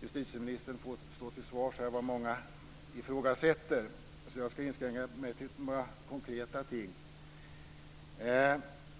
justitieministern att stå till svars för allt som ifrågasätts. Därför ska jag inskränka mig till några konkreta ting.